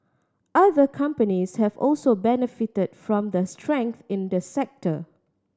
other companies have also benefited from the strength in the sector